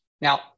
Now